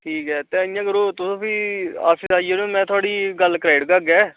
ठीक ऐ भी तुस ऑफिस आई जायो भी मे थुआढ़ी गल्ल कराई ओड़गा अग्गें